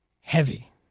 heavy